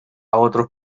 otros